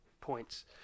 points